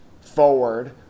forward